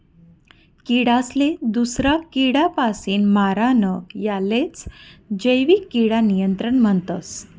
किडासले दूसरा किडापासीन मारानं यालेच जैविक किडा नियंत्रण म्हणतस